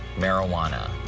marijuana.